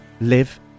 live